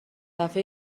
دفعه